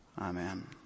Amen